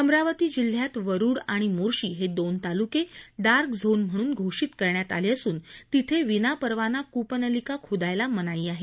अमरावती जिल्ह्यात वरूड आणि मोर्शी हे दोन तालुके डार्क झोन घोषित करण्यात आले असून तिथे विनापरवाना कुपनलिका खोदायला मनाई आहे